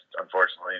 Unfortunately